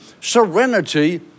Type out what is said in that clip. serenity